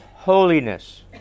Holiness